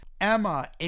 Emma